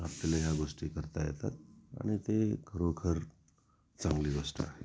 आपल्या ह्या गोष्टी करता येतात आणि ते खरोखर चांगली गोष्ट आहे